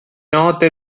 nota